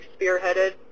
spearheaded